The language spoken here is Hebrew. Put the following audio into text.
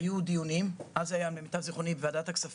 היו דיונים, אז זה היה בוועדת הכספים.